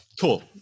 cool